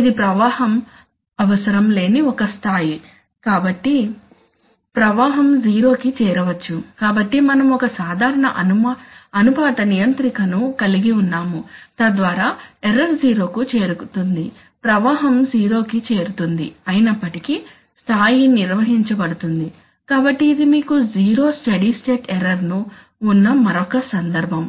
ఇది ప్రవాహం అవసరం లేని ఒక స్థాయి కాబట్టి ప్రవాహం జీరో కి చేరవచ్చు కాబట్టి మనం ఒక సాధారణ అనుపాత నియంత్రికను కలిగి ఉన్నాము తద్వారా ఎర్రర్ జీరో కు చేరుతుంది ప్రవాహం జీరో కి చేరుతుంది అయినప్పటికీ స్థాయి నిర్వహించబడుతుంది కాబట్టి ఇది మీకు జీరో స్టడీ స్టేట్ ఎర్రర్ ను ఉన్న మరొక సందర్బం